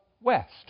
west